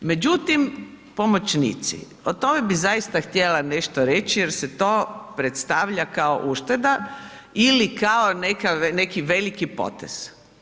Međutim, pomoćnici, o tome bi zaista htjela nešto reći jer se to predstavlja kao ušteda ili kao neki veliki potez.